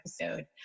episode